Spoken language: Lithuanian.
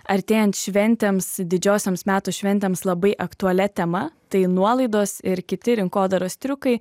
artėjant šventėms didžiosioms metų šventėms labai aktualia tema tai nuolaidos ir kiti rinkodaros triukai